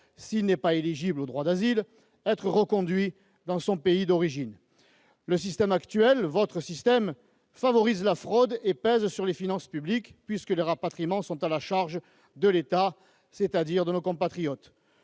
s'il n'est pas éligible au droit d'asile, être reconduit dans son pays d'origine. Le système actuel- votre système ! -favorise la fraude et pèse sur les finances publiques puisque les rapatriements sont à la charge de l'État, c'est-à-dire de nos compatriotes.